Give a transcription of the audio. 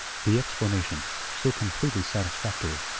the explanation, so completely satisfactory,